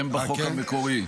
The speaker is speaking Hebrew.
הם בחוק המקורי.